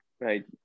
right